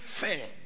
fair